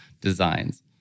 designs